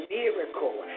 miracle